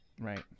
Right